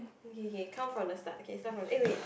okay okay count from the start okay start from eh wait